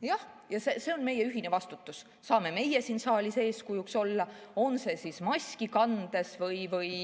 Jah, ja see on meie ühine vastutus. Meie siin saalis saame eeskujuks olla, on see maski kandes või